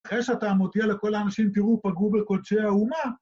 זה שאתה מודיע לכל האנשים 'תראו, פגעו בקודשי האומה.'